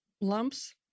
lumps